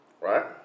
right